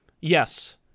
yes